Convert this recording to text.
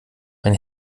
mein